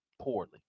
poorly